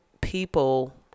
people